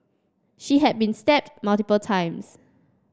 she had been stabbed multiple times